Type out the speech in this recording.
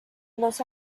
los